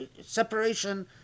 separation